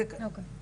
זה תקוע בדיונים.